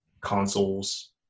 consoles